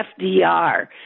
FDR